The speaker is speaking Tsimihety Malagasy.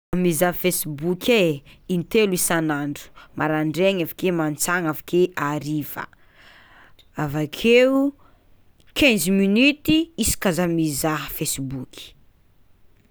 Mizaha facebook e intelo isan'andro marandraigny avakeo mantsiagna avakeo hariva avakeo quinze minute isaky zah mizaha facebook.